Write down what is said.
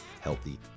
healthy